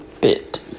bit